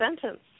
sentence